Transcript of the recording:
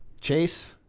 chase,